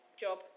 job